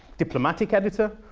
diplomatic editor,